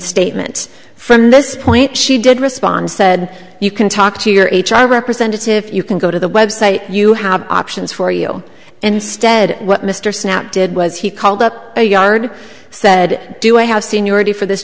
reinstatement from this point she did respond said you can talk to your h r representative you can go to the website you have options for you and instead what mr snapp did was he called up a yard said do i have seniority for this